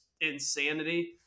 insanity